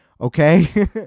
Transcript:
Okay